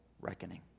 reckoning